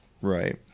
right